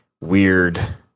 weird